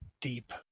deep